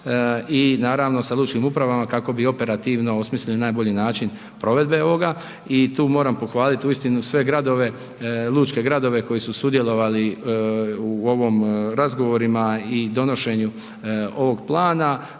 i naravno sa lučkim upravama kako bi operativno osmislili najbolji način provedbe ovoga i tu moram pohvaliti uistinu sve gradove, lučke gradove koji su sudjelovali u ovom razgovorima i donošenju ovog plana